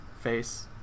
face